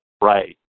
Right